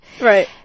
Right